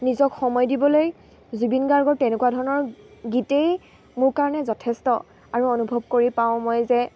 নিজক সময় দিবলৈ জুবিন গাৰ্গ তেনেকুৱা ধৰণৰ গীতেই মোৰ কাৰণে যথেষ্ট আৰু অনুভৱ কৰি পাওঁ মই যে